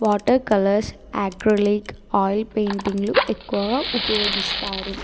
water colours acrylic oil పెయింటింగ్లు ఎక్కువగా ఉపయోగిస్తారు